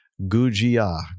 Gujia